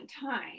time